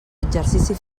exercici